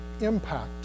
impact